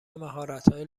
مهارتهای